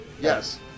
Yes